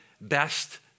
best